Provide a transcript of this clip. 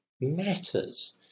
matters